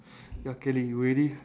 yo kelly you ready